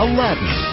Aladdin